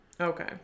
Okay